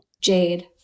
Jade